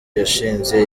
yashinze